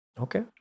Okay